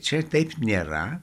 čia taip nėra